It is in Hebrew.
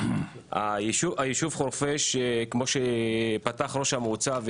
היישוב חורפיש כמו שפתח ראש המועצה,